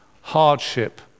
hardship